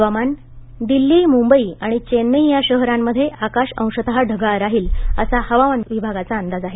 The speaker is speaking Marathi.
हवामान दिल्ली मुंबई आणि चेन्नई या शहरांमध्ये आकाश अंशत ढगाळ राहील असा हवामान विभागाचा अंदाज आहे